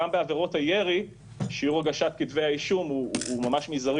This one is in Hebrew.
גם בעבירות הירי שיעור הגשת כתבי האישום הוא ממש מזערי